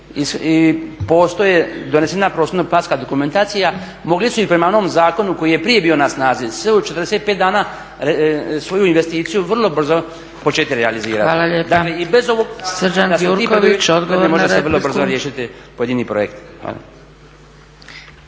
Hvala lijepa. Srđan Gjurković, odgovor na repliku.